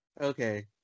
Okay